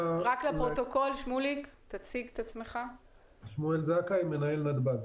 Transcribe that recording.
אני שמואל זכאי, מנהל נתב"ג.